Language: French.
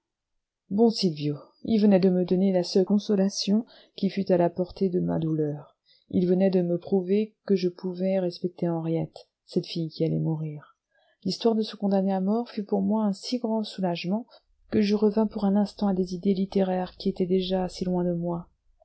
bon sylvio il venait de me donner la seule consolation qui fût à la portée de ma douleur il venait de me prouver que je pouvais respecter henriette cette fille qui allait mourir l'histoire de ce condamné à mort fut pour moi un si grand soulagement que je revins pour un instant à des idées littéraires qui étaient déjà si loin de moi